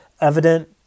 evident